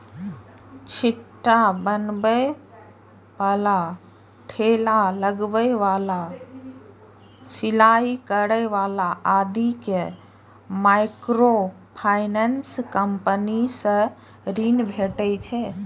छिट्टा बनबै बला, ठेला लगबै बला, सिलाइ करै बला आदि कें माइक्रोफाइनेंस कंपनी सं ऋण भेटै छै